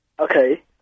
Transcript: Okay